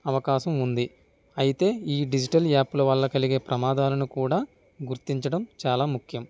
అవకాశం ఉంది అయితే ఈ డిజిటల్ యాప్ల వల్ల కలిగే ప్రమాదాలను కూడా గుర్తించడం చాలా ముఖ్యం